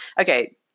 okay